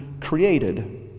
created